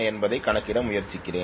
என்பதைக் கணக்கிட முயற்சிக்கிறேன்